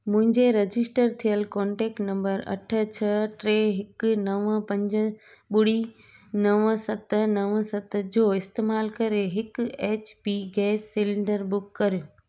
मुंहिंजे रजिस्टर थियल contact number अठ छह टे हिकु नव पंज ॿुड़ी नव सत नव सत जो इस्तमाल करे हिक H P gas cylinder book करियो